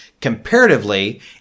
Comparatively